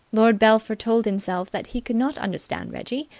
lord belpher told himself that he could not understand reggie.